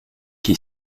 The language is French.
qui